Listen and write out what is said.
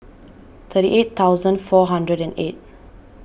thirty eight thousand four hundred and eight